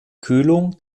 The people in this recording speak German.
kühlung